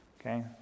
Okay